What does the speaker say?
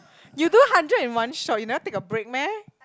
you do hundred in one shot you never take a break meh